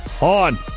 on